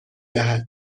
دهد